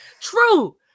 true